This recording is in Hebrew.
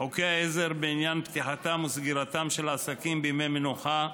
(חוקי עזר בעניין פתיחתם וסגירתם של עסקים בימי מנוחה),